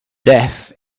death